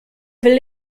will